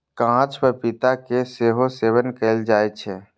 कांच पपीता के सेहो सेवन कैल जाइ छै